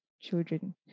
children